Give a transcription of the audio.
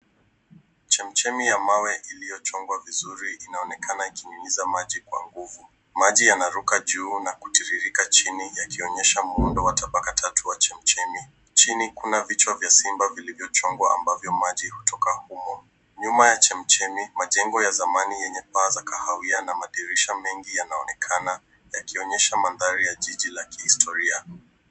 Chemichemi ya mawe iliyochongwa vizuri inaonekana ikinyunyiza maji kwa nguvu. Maji yanaruka juu na kutiririka chini yakionyesha muundo wa tabaka tatu wa chemichemi. Chini kuna vichwa vya simba vilivyochongwa ambavyo maji hutoka humo. Nyuma ya chemichemi majengo ya zamani yenye paa ya kahawia na madirisha mengi yanaonekana yakionyesha mandhari ya jiji la kihistoria.